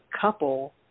couple